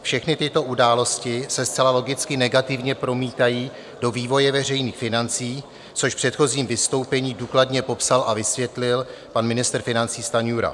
Všechny tyto události se zcela logicky negativně promítají do vývoje veřejných financí, což v předchozím vystoupení důkladně popsal a vysvětlil pan ministr financí Stanjura.